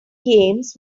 games